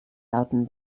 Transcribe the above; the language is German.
lauten